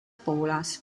poolas